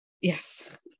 Yes